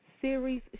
series